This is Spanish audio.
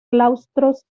claustros